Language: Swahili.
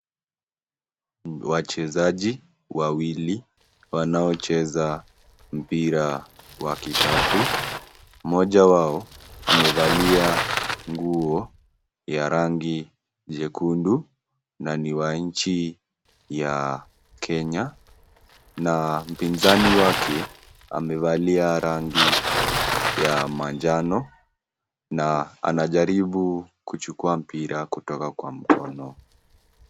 Wachezaji wawili wanaocheza mpira wa kikapu, mmoja wao amevalia nguo ya rangi jekundu na ni wa nchi ya Kenya na mpizani wake amevalia rangi ya manjano na anajaribu kuchukua mpira kutoka kwa mkono.